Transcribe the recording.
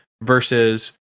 versus